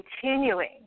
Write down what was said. continuing